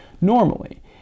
normally